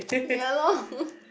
ya lor